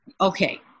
Okay